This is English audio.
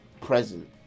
present